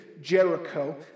Jericho